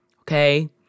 okay